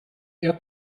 ihr